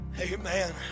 Amen